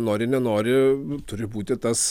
nori nenori turi būti tas